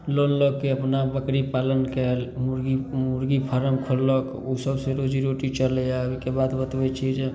loan लऽके अपना बकरी पालन कएल मुर्गी मुर्गी फारम खोललक ओ सब से रोजीरोटी चलैया ओहिके बाद बतबै छी जे